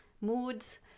moods